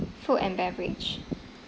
food and beverage